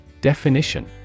Definition